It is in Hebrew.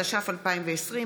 התש"ף 2020,